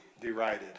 derided